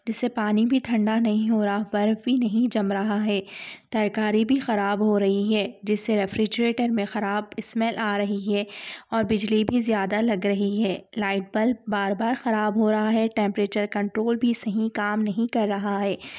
جس سے پانی بھی ٹھنڈا نہیں ہو رہا برف بھی نہیں جم رہا ہے ترکاری بھی خراب ہو رہی ہے جس سے ریفریجیٹر میں خراب اسمیل آ رہی ہے اور بجلی بھی زیادہ لگ رہی ہے لائٹ بلب بار بار خراب ہو رہا ہے ٹیمپریچر کنٹرول بھی صحیح کام نہیں کر رہا ہے